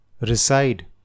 reside